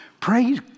praise